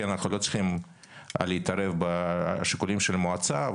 אנחנו לא צריכים להתערב בשיקולי המועצה,